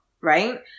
Right